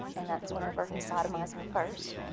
and that's whenever he sodomized me first.